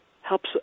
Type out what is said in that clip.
helps